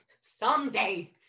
someday